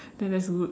then that's good